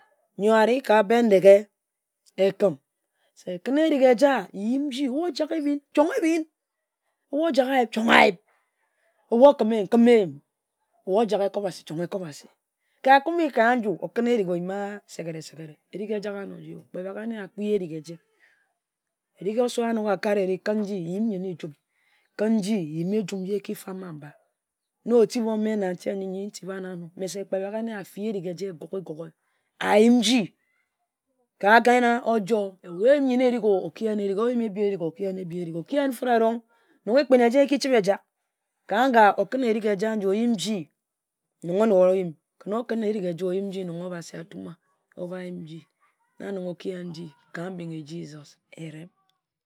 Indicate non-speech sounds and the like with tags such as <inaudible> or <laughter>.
Nyor ari ka Bendeghe Ekeb se kǝn erig eja yim nji o-bu ojak ehbin, chong ehbin o-bu ojak ayip, chong ayip o-bu okima eyim, kim eyim o-bu ojak ekwabasi, Chong ekwabasi. Ka kume ka nju okǝnna erig oyima segere segere ejame anor. Kpe bak ene a kpi erig eje. Erig osowo a nok a kari wa erig kǝn nji yim nyenne ejum kǝn nji yim ejum nji eki fam a-mba. na otim o-meh mbi ntim-na na nehen nyi. Me se kpe bak ene a fi erig eji goge goge ayim nji ka gana ojor, oyima ebi erig, o-ki yen ebi erig-o, o yim nyen erig-o, oki yen nyen ne erig na nong ekpin eja echibe ejak, ka nga okǝn erig eja oyim nji nong o-nora oyim okǝn erig eja nong Obasi a-tuma obha yim nji na nong oki yen ka mbing e Jesus <unintelligible> erem.